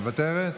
מוותרת.